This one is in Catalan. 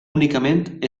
únicament